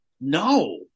No